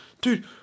dude